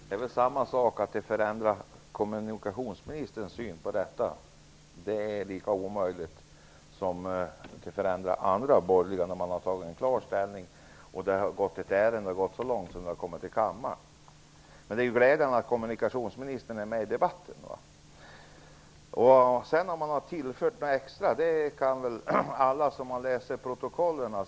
Herr talman! Att förändra kommunikationsministerns syn på detta är lika omöjligt som att få andra borgerliga att ändra sig när de har tagit klar ställning och ärendet har gått så långt som till kammaren. Men det är glädjande att kommunikationsministern är med i debatten. Om det sedan har tillfört någonting extra kan alla se som läser protokollet.